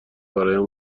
برایم